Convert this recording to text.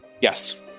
Yes